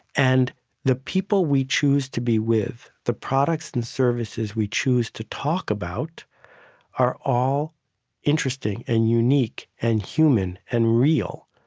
and the people we choose to be with, the products and services we choose to talk about are all interesting and unique and human and real,